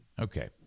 Okay